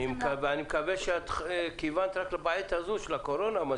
אני מקווה שכיוונת רק לזמן הזה שלה קורונה.